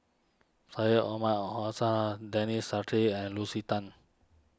Syed Omar Denis Santry and Lucy Tan